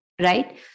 right